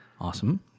Awesome